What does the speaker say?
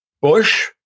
Bush